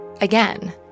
Again